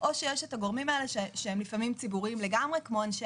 או שיש את הגורמים האלה שהם לפעמים ציבוריים לגמרי כמו אנשי